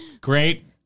great